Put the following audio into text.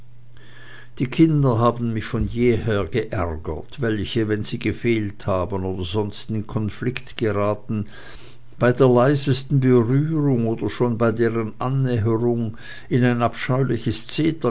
die kinder haben mich von jeher geärgert welche wenn sie gefehlt haben oder sonst in konflikt geraten bei der leisesten berührung oder schon bei deren annäherung in ein abscheuliches